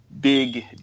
big